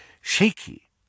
shaky